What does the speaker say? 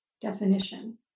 definition